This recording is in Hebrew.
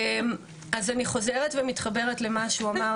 אז אני חוזרת ומתחברת למה שהוא אמר,